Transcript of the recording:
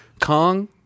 Kong